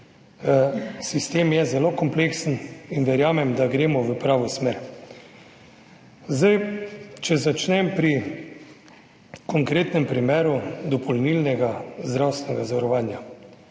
Sistem je zelo kompleksen in verjamem, da gremo v pravo smer. Če začnem pri konkretnem primeru dopolnilnega zdravstvenega zavarovanja.